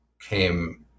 came